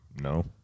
No